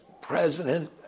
president